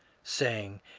saying,